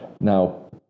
Now